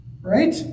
Right